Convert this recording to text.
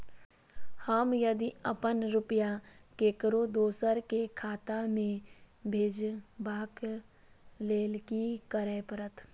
हम यदि अपन रुपया ककरो दोसर के खाता में भेजबाक लेल कि करै परत?